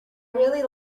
really